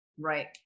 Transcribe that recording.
right